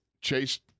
Chase